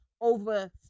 over